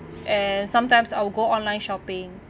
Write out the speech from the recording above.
and sometimes I'll go online shopping